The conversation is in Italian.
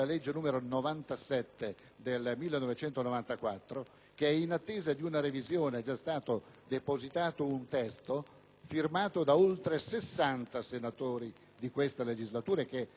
del 1994 che è in attesa di una revisione; è già stato depositato un testo firmato da oltre 60 senatori di questa legislatura e che attende di essere incardinato.